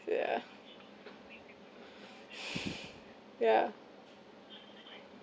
yeah yeah